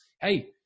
Hey